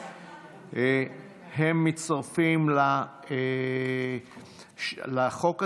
וגנאים מצטרפים לחוק הזה.